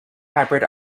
hybrid